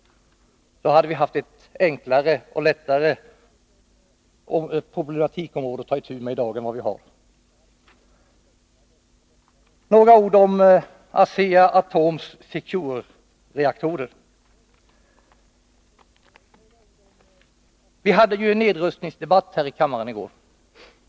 Då hade vi haft ett enklare problematikområde att ta itu med än vi har i dag. Sedan några ord om Asea-Atoms Securereaktorer. Vi hade ju en nedrustningsdebatt här i kammaren i går.